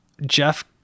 Jeff